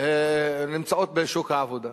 נמצאות בשוק העבודה.